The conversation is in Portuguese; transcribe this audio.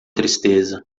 tristeza